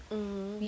mm